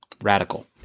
Radical